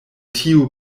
tiu